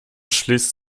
schließt